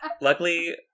Luckily